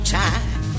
time